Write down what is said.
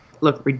look